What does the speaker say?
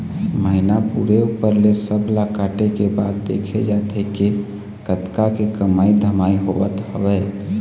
महिना पूरे ऊपर ले सब ला काटे के बाद देखे जाथे के कतका के कमई धमई होवत हवय